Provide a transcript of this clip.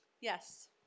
yes